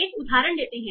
एक उदाहरण लेते हैं